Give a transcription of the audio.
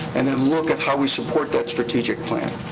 and then look at how we support that strategic plan.